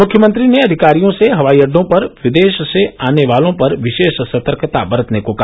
मुख्यमंत्री ने अधिकारियों से हवाई अड्डों पर विदेश से आने वालों पर विशेष सतर्कता बरतने को कहा